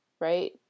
Right